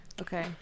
Okay